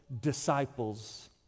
disciples